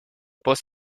boss